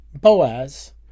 Boaz